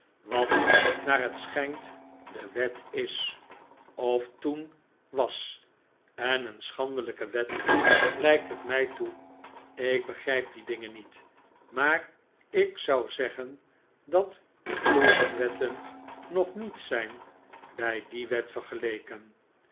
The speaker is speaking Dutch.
wat naar het schijnt de wet is of toen was en een schandelijke wet lijkt het mij toe ik begrijp die dingen niet maar ik zou zeggen dat de korenwetten nog is die